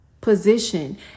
position